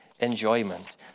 enjoyment